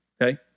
okay